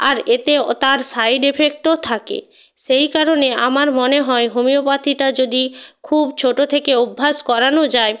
আর এতে ও তার সাইড এফেক্টও থাকে সেই কারণে আমার মনে হয় হোমিওপ্যাথিটা যদি খুব ছোট থেকে অভ্যাস করানো যায়